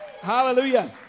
Hallelujah